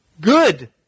good